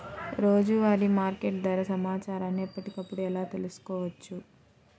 రోజువారీ మార్కెట్ ధర సమాచారాన్ని ఎప్పటికప్పుడు ఎలా తెలుసుకోవచ్చు?